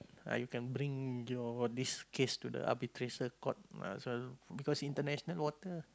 ah you can bring your this case to the arbitration court as well because international water